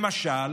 למשל